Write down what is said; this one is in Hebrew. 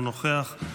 אינו נוכח,